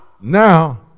now